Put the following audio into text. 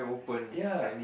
ya